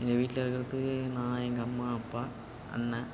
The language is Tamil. எங்கள் வீட்டில் இருக்கிறதுக்கு நான் எங்கள் அம்மா அப்பா அண்ணன்